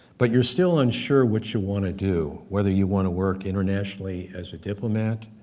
but you're still unsure what you want to do. whether you want to work internationally as a diplomat,